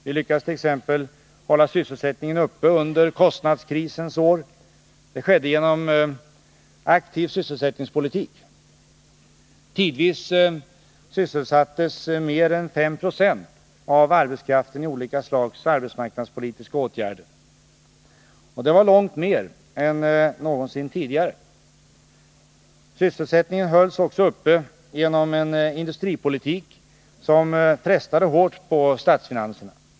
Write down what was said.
Vi lyckades t.ex. hålla sysselsättningen uppe under kostnadskrisens år. Det skedde genom aktiv sysselsättningspolitik. Tidvis sysselsattes mer än 5 90 av arbetskraften i olika slags arbetsmarknadspolitiska åtgärder. Det var långt mer än någonsin tidigare. Sysselsättningen hölls också uppe genom en industripolitik som frestade hårt på statsfinanserna.